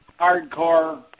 hardcore